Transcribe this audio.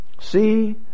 See